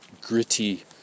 gritty